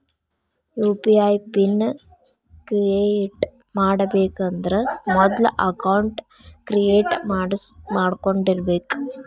UPI pin create ಮಾಡಬೇಕಂದ್ರ ಮೊದ್ಲ account create ಮಾಡ್ಕೊಂಡಿರಬೆಕ್